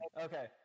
okay